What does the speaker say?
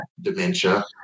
dementia